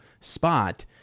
spot